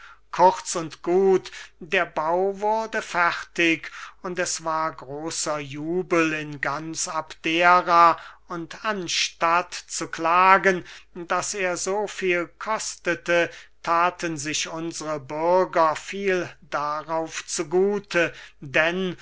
kurz und gut der bau wurde fertig und es war großer jubel in ganz abdera und anstatt zu klagen daß er soviel kostete thaten sich unsre bürger viel darauf zu gute denn